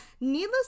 needless